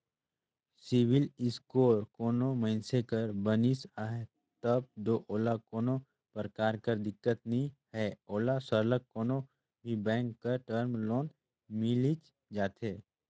CIBIL score कोनो मइनसे कर बनिस अहे तब दो ओला कोनो परकार कर दिक्कत नी हे ओला सरलग कोनो भी बेंक कर टर्म लोन मिलिच जाथे